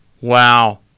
Wow